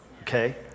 okay